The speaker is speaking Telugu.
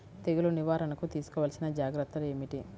తెగులు నివారణకు తీసుకోవలసిన జాగ్రత్తలు ఏమిటీ?